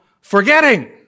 forgetting